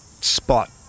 spot